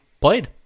played